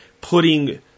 putting